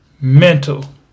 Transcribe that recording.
mental